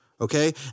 okay